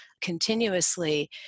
continuously